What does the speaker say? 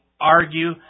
argue